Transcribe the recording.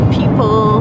people